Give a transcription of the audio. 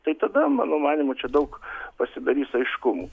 tai tada mano manymu čia daug pasidarys aišku